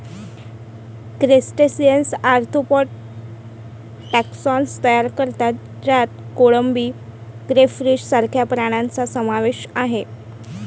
crustaceans arthropod taxon तयार करतात ज्यात कोळंबी, क्रेफिश सारख्या प्राण्यांचा समावेश आहे